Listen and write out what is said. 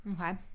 Okay